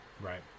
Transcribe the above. Right